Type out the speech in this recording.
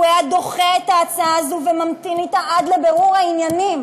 היה דוחה את ההצעה הזאת וממתין אתה עד לבירור העניינים,